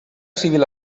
civil